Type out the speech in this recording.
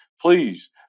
please